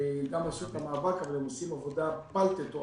שם שגם עשו את המאבק, אבל הם עושים עבודה בל תתואר